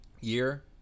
year